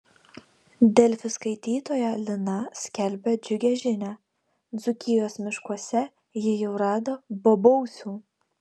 delfi skaitytoja lina skelbia džiugią žinią dzūkijos miškuose ji jau rado bobausių